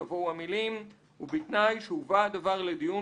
יבואו המילים: "ובתנאי שהובא הדבר לדיון